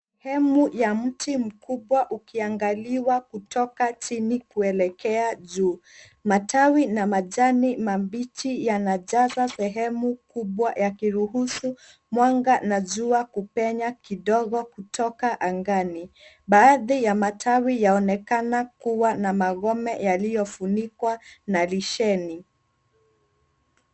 Sehemu ya mti mkubwa ukiangaliwa kutoka chini kuelekea juu. Matawi na majani mabichi yanajaza sehemu kubwa yakiruhusu mwanga na jua kupenya kidogo kutoka angani. Baadhi ya matawi yaonekana kuwa na magome yaliyofunikwa na lisheni.